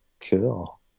cool